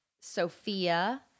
Sophia